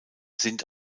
sind